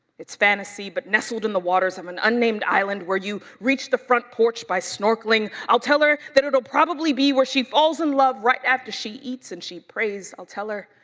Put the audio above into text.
it's fantasy but nestled in the waters of an unnamed island where you reach the front porch by snorkeling. i'll tell her that it'll probably be where she falls in love right after she eats and she prays. i'll tell her,